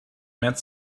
met